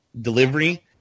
delivery